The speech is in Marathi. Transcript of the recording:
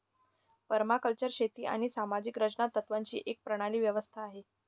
परमाकल्चर शेती आणि सामाजिक रचना तत्त्वांची एक प्रणाली व्यवस्था आहे